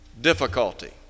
difficulty